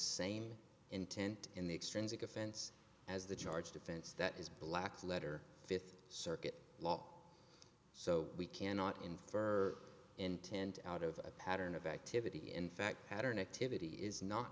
same intent in the extrinsic offense as the charge defense that is black letter fifth circuit law so we cannot infer intent out of a pattern of activity in fact pattern activity is not